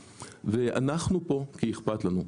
אנחנו כאן כי אכפת לנו.